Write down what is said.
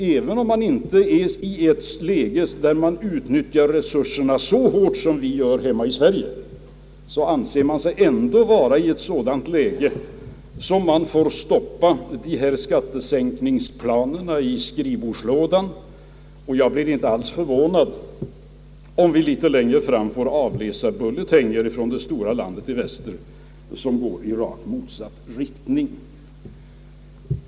Även om inte läget har blivit sådant att man utnyttjar resurserna lika hårt som vi gör hemma i Sverige, anser man dock att situationen gör det nödvändigt att stoppa skattesänkningsplanerna i skrivbordslådan. Och jag blir inte alls förvånad, om vi litet längre fram får läsa bulletiner från det stora landet i väster vilka går i rakt motsatt riktning.